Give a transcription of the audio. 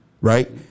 right